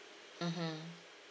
mmhmm